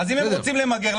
ואם הם רוצים למגר,